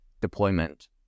deployment